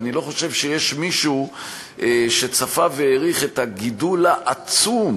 ואני לא חושב שיש מישהו שצפה והעריך את הגידול העצום